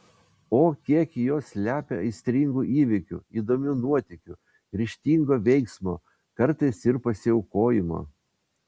o kiek jos slepia aistringų įvykių įdomių nuotykių ryžtingo veiksmo kartais ir pasiaukojimo